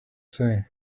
say